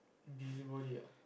busy body ah